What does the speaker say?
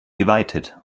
geweitet